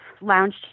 lounge